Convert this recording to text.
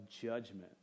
judgment